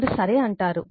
మీరు సరే అంటారు